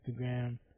Instagram